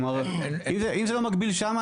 כלומר אם זה לא מגביל שם,